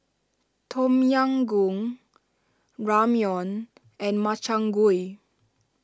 Tom Yam Goong Ramyeon and Makchang Gui